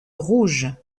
rouge